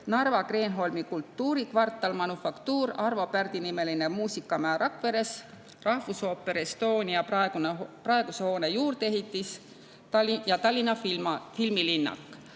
Narva Kreenholmi kultuurikvartal "Manufaktuur", Arvo Pärdi nimeline muusikamaja Rakveres, rahvusooperi praeguse hoone juurdeehitus ja Tallinna filmilinnak.